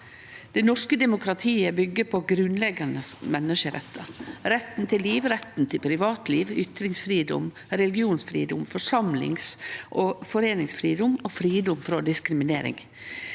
Det norske demokratiet byggjer på grunnleggjande menneskerettar: retten til liv, retten til privatliv, ytringsfridom, religionsfridom, forsamlings- og foreiningsfridom og fridom frå diskriminering.